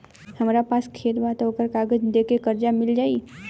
हमरा पास खेत बा त ओकर कागज दे के कर्जा मिल जाई?